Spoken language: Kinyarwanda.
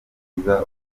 ubutumwa